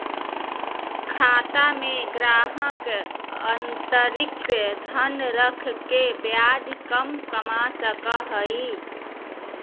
खाता में ग्राहक अतिरिक्त धन रख के ब्याज कमा सको हइ